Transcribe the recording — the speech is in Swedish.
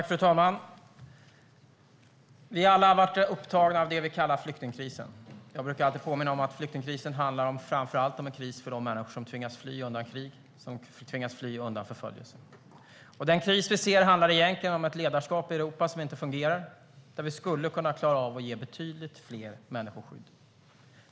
Fru talman! Vi har alla varit upptagna av det vi kallar flyktingkrisen. Jag brukar alltid påminna om att flyktingkrisen framför allt är en kris för de människor som tvingas fly undan krig och förföljelse. Den kris vi ser handlar egentligen om ett ledarskap i Europa som inte fungerar, där vi skulle kunna klara av att ge betydligt fler människor skydd.